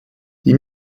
die